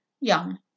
young